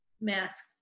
mask